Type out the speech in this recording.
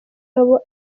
nabo